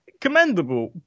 commendable